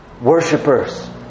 Worshippers